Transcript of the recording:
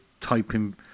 typing